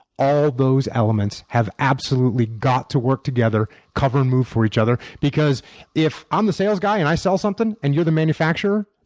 all those elements have absolutely got to work together, cover and move for each other. because if i'm the sales guy and i sell something, and you're the manufacturer,